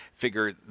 Figure